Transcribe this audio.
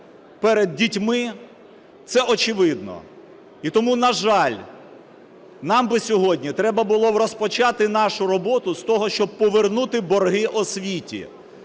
перед дітьми, це очевидно. І тому, на жаль, нам би сьогодні треба було розпочати нашу роботу з того, щоб повернути борги освіті,